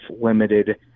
limited